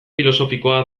filosofikoa